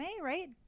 right